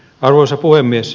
arvoisa puhemies